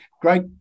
Great